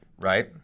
right